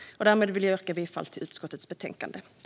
Därmed vill jag yrka bifall till utskottets förslag i betänkandet.